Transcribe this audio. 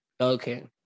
okay